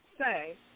say